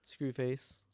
Screwface